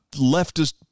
leftist